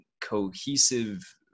cohesive